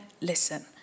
listen